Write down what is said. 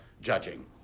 judging